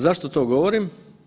Zašto to govorim?